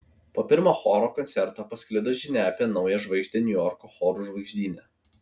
po pirmo choro koncerto pasklido žinia apie naują žvaigždę niujorko chorų žvaigždyne